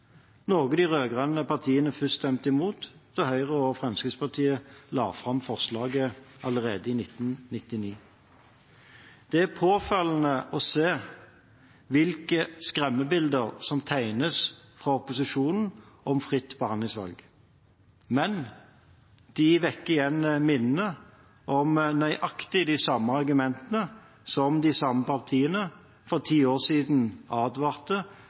noe de rød-grønne partiene først stemte imot da Høyre og Fremskrittspartiet la fram forslaget allerede i 1999. Det er påfallende å se hvilke skremmebilder som tegnes fra opposisjonen om fritt behandlingsvalg. Men det vekker igjen minnene om nøyaktig de samme argumentene da de samme partiene for ti år siden advarte